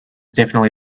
definitely